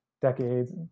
decades